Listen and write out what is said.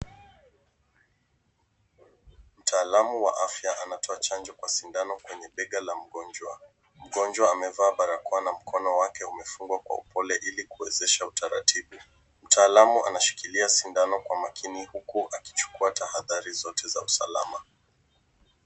Mtaalamu wa afya anatoa chanjo kwa sindano, kwenye bega la mgonjwa, mgonjwa amevaa barakoa na mkono wake, umefungwa kwa upole ili kuwezesha utaratibu. Mtaalamu anashikilia sindano kwa makini huku akichukua tahadhari zote za usalama.